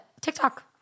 TikTok